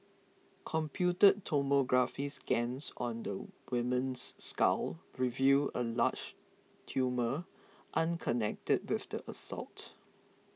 computed tomography scans on the woman's skull revealed a large tumour unconnected with the assault